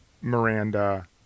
Miranda